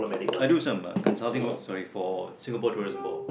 I do some uh consulting work sorry for Singapore-Tourism-Board